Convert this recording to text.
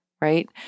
right